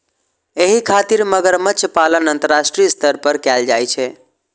एहि खातिर मगरमच्छ पालन अंतरराष्ट्रीय स्तर पर कैल जाइ छै